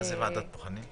מה זה ועדת בוחנים?